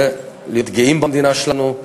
זה להיות גאים במדינה שלנו,